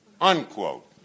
Unquote